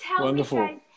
Wonderful